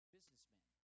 Businessman